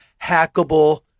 hackable